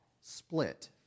split